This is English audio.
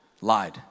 lied